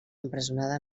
empresonada